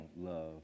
love